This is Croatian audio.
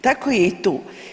Tako je i tu.